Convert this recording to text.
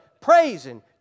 praising